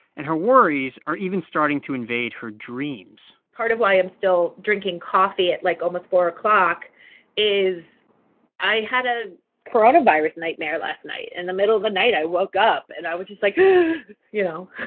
and her worries are even starting to invade her dreams part of why i'm still drinking coffee at, like, almost four o'clock is i had a coronavirus nightmare last night in and the middle of the night. i woke up, and i was just, like yeah you know,